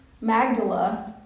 Magdala